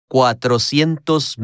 Cuatrocientos